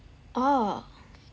orh